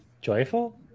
joyful